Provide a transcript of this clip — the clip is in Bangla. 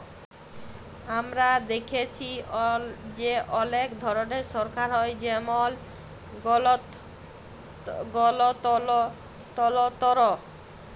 আমরা দ্যাখেচি যে অলেক ধরলের সরকার হ্যয় যেমল গলতলতর